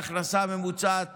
ההכנסה הממוצעת